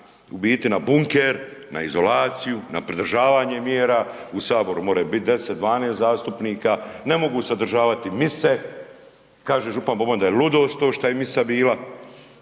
u biti na bunker, na izolaciju, na pridržavanje mjera, u saboru more biti 10, 12 zastupnika, ne mogu se održavati mise, kaže župan Boban da je ludost to što je misa bila.